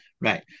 Right